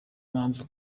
mpamvu